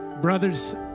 Brothers